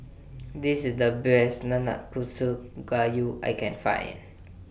This IS The Best Nanakusa Gayu I Can Find